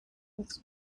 its